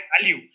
value